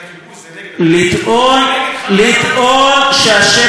לטעון שהשטח הזה,